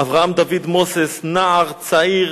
אברהם דוד מוזס, נער צעיר,